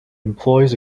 employs